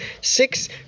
Six